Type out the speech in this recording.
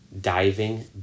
diving